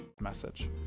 message